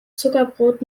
zuckerbrot